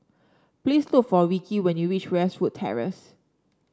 please look for Ricki when you reach Westwood Terrace